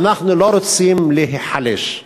ואנחנו לא רוצים להיחלש.